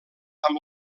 amb